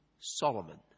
Solomon